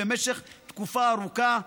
במשך תקופה ארוכה,